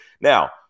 Now